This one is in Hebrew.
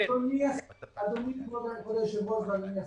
כבוד היושב-ראש ואדוני השר,